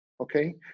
okay